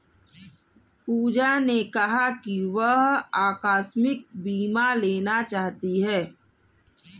पूजा ने कहा कि वह आकस्मिक बीमा लेना चाहती है